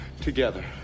together